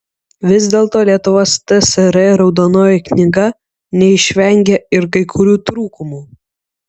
vis dėlto lietuvos tsr raudonoji knyga neišvengė ir kai kurių trūkumų